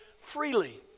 freely